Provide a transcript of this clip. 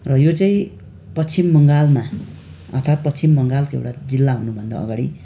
र यो चाहिँ पश्चिम बङ्गालमा अर्थात पश्चिम बङ्गालको एउटा जिल्ला हुनुभन्दा अघाडि